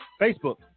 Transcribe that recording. Facebook